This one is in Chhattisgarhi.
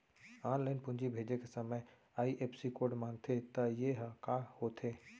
ऑनलाइन पूंजी भेजे के समय आई.एफ.एस.सी कोड माँगथे त ये ह का होथे?